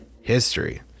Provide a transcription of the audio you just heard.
history